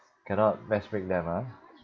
cannot matchmake them ah